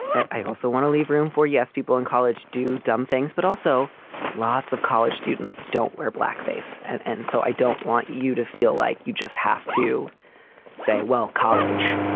i also want to leave room for yes, people in college do dumb things, but also lots of college students don't wear blackface. and and so i don't want you to feel like you just have to say, well, college,